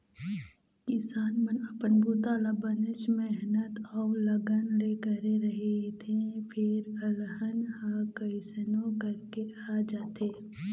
किसान मन अपन बूता ल बनेच मेहनत अउ लगन ले करे रहिथे फेर अलहन ह कइसनो करके आ जाथे